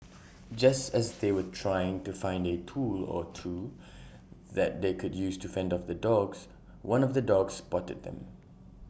just as they were trying to find A tool or two that they could use to fend off the dogs one of the dogs spotted them